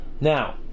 now